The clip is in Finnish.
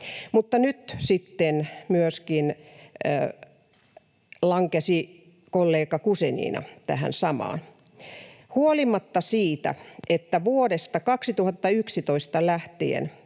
Mutta nyt sitten myöskin lankesi kollega Guzenina tähän samaan, huolimatta siitä, että vuodesta 2011 lähtien